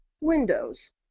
windows